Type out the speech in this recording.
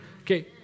Okay